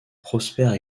prospère